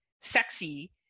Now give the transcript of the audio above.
sexy